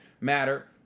matter